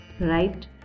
Right